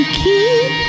keep